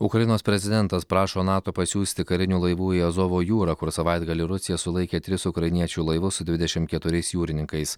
ukrainos prezidentas prašo nato pasiųsti karinių laivų į azovo jūrą kur savaitgalį rusija sulaikė tris ukrainiečių laivus su dvidešimt keturiais jūrininkais